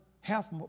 half